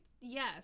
Yes